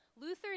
Luther